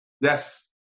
yes